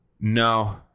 No